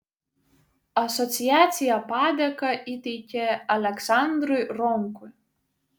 asociacija padėką įteikė aleksandrui ronkui